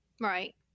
Right